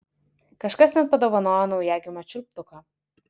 kažkas net padovanojo naujagimio čiulptuką